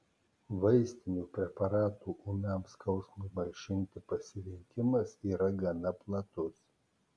vaistinių preparatų ūmiam skausmui malšinti pasirinkimas yra gana platus